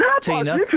Tina